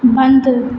बंदि